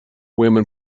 women